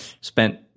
spent